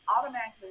automatically